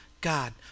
God